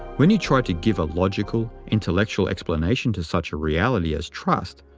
when we try to give a logical, intellectual explanation to such a reality as trust,